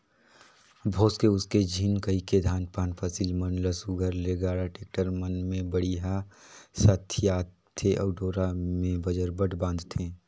भोसके उसके झिन कहिके धान पान फसिल मन ल सुग्घर ले गाड़ा, टेक्टर मन मे बड़िहा सथियाथे अउ डोरा मे बजरबट बांधथे